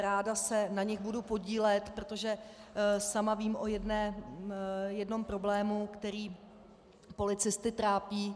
Ráda se na nich budu podílet, protože sama vím o jednom problému, který policisty trápí.